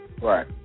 Right